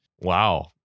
Wow